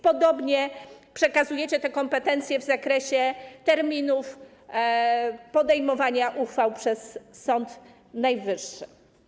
Podobnie przekazujecie kompetencje w zakresie terminów podejmowania uchwał przez Sąd Najwyższy.